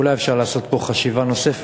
ואולי אפשר לעשות פה חשיבה נוספת.